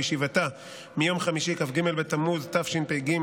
בישיבתה מיום חמישי כ"ג בתמוז התשפ"ג,